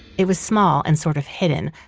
it was small, and sort of hidden,